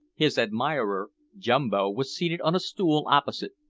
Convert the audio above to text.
his admirer, jumbo, was seated on a stool opposite,